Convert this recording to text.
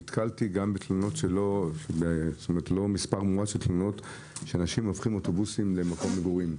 נתקלתי לא מעט בתלונות על כך שאנשים הופכים אוטובוסים למקום מגורים.